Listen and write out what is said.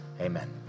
Amen